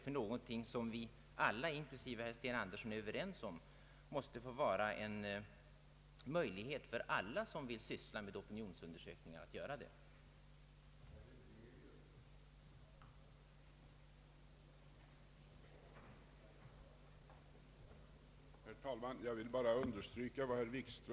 Jag trodde att vi alla, inklusive herr Sten Andersson, var överens om att de som vill syssla med opinionsundersökningar måste få möjlighet att göra det och själva fastställa tid och sätt för publicering.